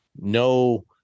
No